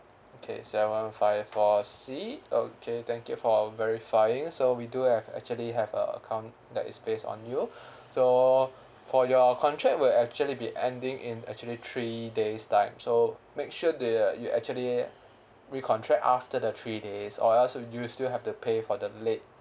okay seven five four C okay thank you for verifying so we do have actually have a account that is based on you so for your contract will actually be ending in actually three days time so make sure uh you you actually recontract after the three days or else you still have to pay for the late